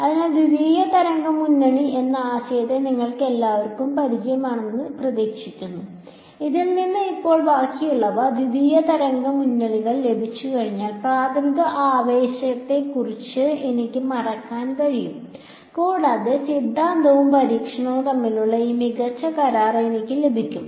അതിനാൽ ദ്വിതീയ തരംഗ മുന്നണി എന്ന ആശയം നിങ്ങൾക്കെല്ലാവർക്കും പരിചിതമാണെന്ന് പ്രതീക്ഷിക്കുന്നു അതിൽ നിന്ന് ഇപ്പോൾ ബാക്കിയുള്ളവ ദ്വിതീയ തരംഗ മുന്നണികൾ ലഭിച്ചുകഴിഞ്ഞാൽ പ്രാഥമിക ആവേശത്തെക്കുറിച്ച് എനിക്ക് മറക്കാൻ കഴിയും കൂടാതെ സിദ്ധാന്തവും പരീക്ഷണവും തമ്മിലുള്ള ഈ മികച്ച കരാർ എനിക്ക് ലഭിക്കും